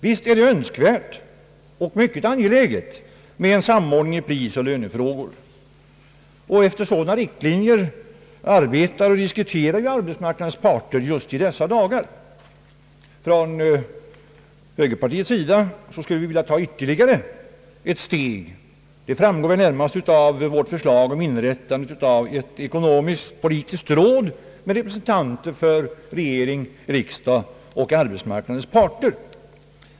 Visst är det önskvärt och mycket angeläget med en samordning i prisoch lönefrågor, och efter sådana riktlinjer arbetar och diskuterar ju arbetsmarknadens parter just i dessa dagar. Från högerpartiets sida skulle vi vilja ta ytterligare ett steg. Detta framgår närmast av vårt förslag om inrättande av ett ekonomiskt-politiskt råd med representanter för regering, riksdag och arbetsmarknadens parter.